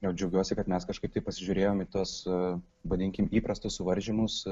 jo džiaugiuosi kad mes kažkaip tai pasižiūrėjom į tuos vadinkime įprastus suvaržymus